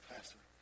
Pastor